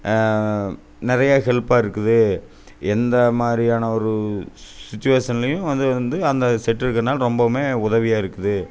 நிறையா ஹெல்ப்பாக இருக்குது எந்த மாதிரியான ஒரு சுச்சுவேஷன்லையும் வந்து அந்த செட்டு இருக்கறனால் ரொம்போவும் உதவியாக இருக்குது